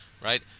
right